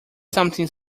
something